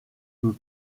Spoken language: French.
peut